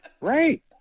right